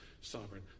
sovereign